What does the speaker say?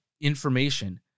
information